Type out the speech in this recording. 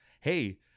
hey